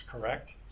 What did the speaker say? correct